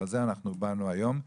לכן באנו היום.